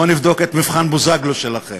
בואו נבדוק את מבחן בוזגלו שלכם.